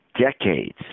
decades